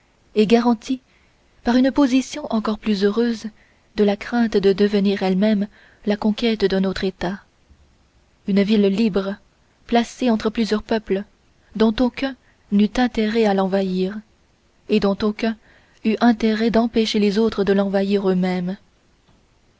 et garantie par une position encore plus heureuse de la crainte de devenir elle-même la conquête d'un autre état une ville libre placée entre plusieurs peuples dont aucun n'eût intérêt à l'envahir et dont chacun eût intérêt d'empêcher les autres de l'envahir eux-mêmes